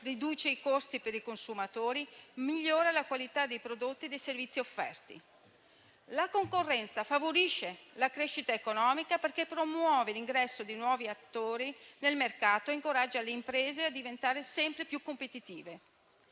riduce i costi per i consumatori, migliora la qualità dei prodotti e dei servizi offerti. La concorrenza favorisce la crescita economica perché promuove l'ingresso di nuovi attori nel mercato ed incoraggia le imprese a diventare sempre più competitive.